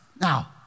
Now